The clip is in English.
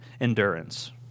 endurance